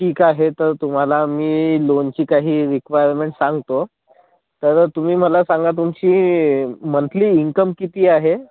ठीक आहे तर तुम्हाला मी लोनची काही रिक्वायरमेंट सांगतो तर तुम्ही मला सांगा तुमची मंथली इन्कम किती आहे